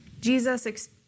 Jesus